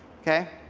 okay?